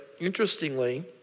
interestingly